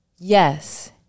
Yes